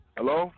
Hello